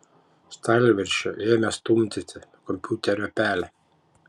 stalviršiu ėmė stumdyti kompiuterio pelę